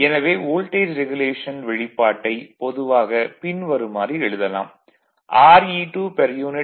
எனவே voltage regulation வெளிப்பாட்டை பொதுவாக பின்வருமாறு எழுதலாம் Re2 p